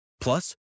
Plus